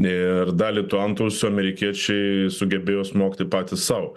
ir dalį to antausio amerikiečiai sugebėjo smogti patys sau